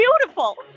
beautiful